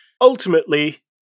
Ultimately